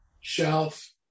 shelf